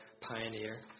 pioneer